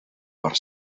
per